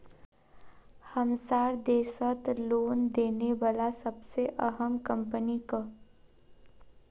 हमसार देशत लोन देने बला सबसे अहम कम्पनी क